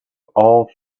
all